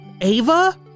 Ava